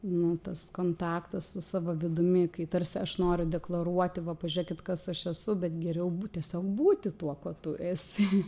nu tas kontaktas su savo vidumi kai tarsi aš noriu deklaruoti va pažiūrėkit kas aš esu bet geriau būt tiesiog būti tuo kuo tu esi